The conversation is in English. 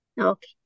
Okay